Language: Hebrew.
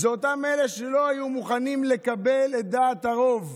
אותם אלה שלא היו מוכנים לקבל את דעת הרוב,